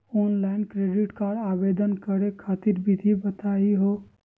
Online credit card आवेदन करे खातिर विधि बताही हो?